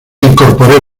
incorporé